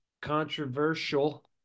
controversial